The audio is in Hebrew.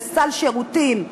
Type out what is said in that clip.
לסל שירותים.